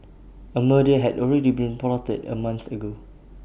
A murder had already been plotted A month ago